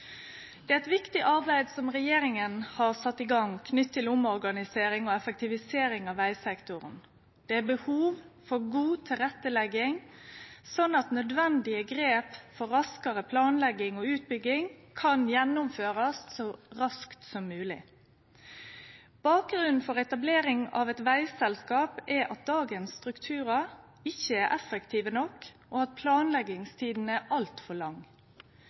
Det er eit viktig arbeid regjeringa har sett i gang, knytt til omorganisering og effektivisering av vegsektoren. Det er behov for god tilrettelegging, slik at nødvendige grep for raskare planlegging og utbygging kan gjennomførast så raskt som mogleg. Bakgrunnen for etableringa av eit vegselskap er at dagens strukturar ikkje er effektive nok, og at planleggingstida er altfor lang.